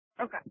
Okay